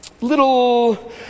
little